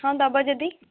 ହଁ ଦେବ ଯଦି